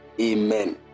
Amen